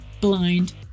blind